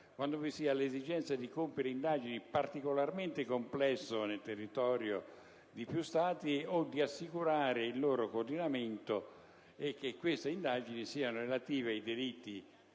quando vi sia l'esigenza di compiere indagini particolarmente complesse nel territorio di più Stati o di assicurare il loro coordinamento e queste indagini siano relative ai delitti